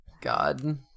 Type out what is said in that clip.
God